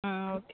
okay